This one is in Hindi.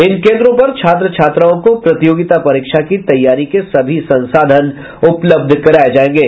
इन केंद्रों पर छात्र छात्राओं को प्रतियोगिता परीक्षा की तैयारी के सभी संसाधन उपलब्ध कराये जायेंगे